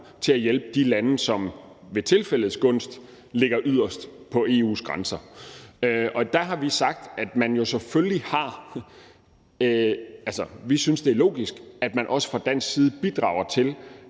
til at hjælpe de lande, som ved tilfældets gunst ligger yderst ved EU's grænser. Og der har vi sagt, at vi synes, det er logisk, at man også fra dansk side bidrager til,